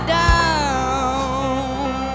down